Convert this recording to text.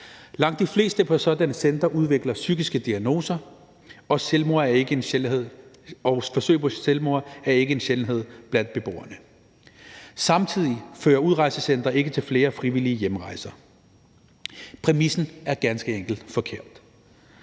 Langt de fleste på sådanne centre udvikler psykiske diagnoser, og forsøg på selvmord er ikke en sjældenhed blandt beboerne. Samtidig fører udrejsecentre ikke til flere frivillige hjemrejser. Præmissen er ganske enkelt forkert.